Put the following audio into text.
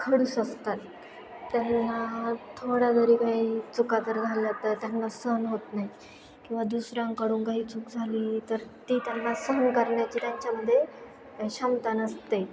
खडूस असतात त्यांना थोड्या जरी काही चुका जर झाल्या तर त्यांना सहन होत नाही किंवा दुसऱ्यांकडून काही चूक झाली तर ती त्यांना सहन करण्याची त्यांच्यामध्ये क्षमता नसते